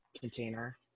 container